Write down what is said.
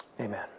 Amen